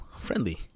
friendly